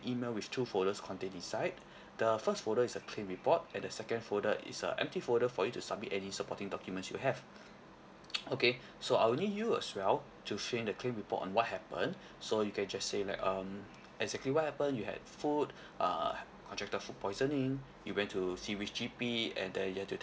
an email with two folders contained inside the first folder is a claim report and the second folder is a empty folder for you to submit any supporting documents you have okay so I will need you as well to fill in the claim report on what happened so you can just say like um exactly what happened you had food uh contracted food poisoning you went to see which G_P and then you have to take